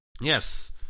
Yes